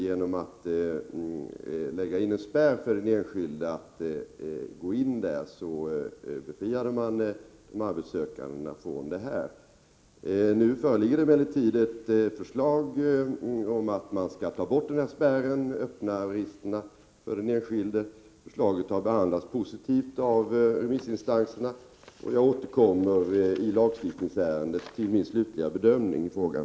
Genom att det lades in en spärr mot att enskilda gick in i polisregistren befriades de arbetssökande från detta. Nu föreligger emellertid ett förslag om att ta bort denna spärr och öppna registren för den enskilde. Förslaget har behandlats positivt av remissinstanserna, och jag återkommer i lagstiftningsärendet till min slutliga bedömning i frågan.